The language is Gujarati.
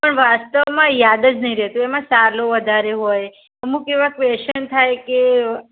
પણ વાસ્તવમાં યાદ જ નહીં રહેતું એમાં સર્લું વધારે હોય અમુક એવા ક્વેશ્ચન થાય કે